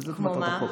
וזאת מטרת החוק.